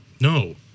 No